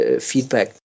feedback